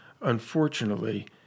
unfortunately